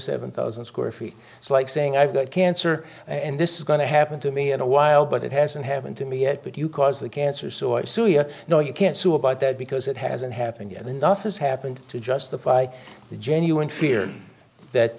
seven thousand square feet it's like saying i've got cancer and this is going to happen to me in a while but it hasn't happened to me yet but you cause the cancer sort suja you know you can't sue about that because it hasn't happened yet enough as happened to justify the genuine fear that